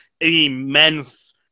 immense